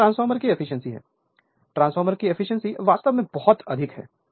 तो यह ट्रांसफार्मर की एफिशिएंसी है ट्रांसफार्मर की एफिशिएंसी वास्तव में बहुत अधिक है